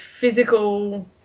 physical